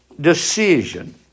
decision